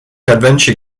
adventure